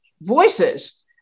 voices